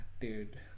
dude